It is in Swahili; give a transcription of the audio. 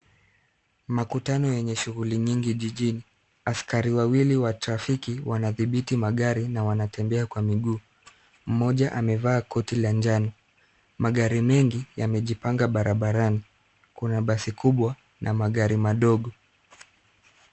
Makutano yenye shughuli nyingi jijini. Askari wawili wa trafiki wanadhibiti magari na wanatembea kwa miguu. Mmoja amevaa koti la njano. Magari mengi yamejipanga barabarani. Kuna basi kubwa na magari madogo.